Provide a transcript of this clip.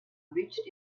reached